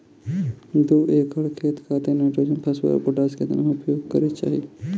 दू एकड़ खेत खातिर नाइट्रोजन फास्फोरस पोटाश केतना उपयोग करे के चाहीं?